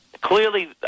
Clearly